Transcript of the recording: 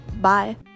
bye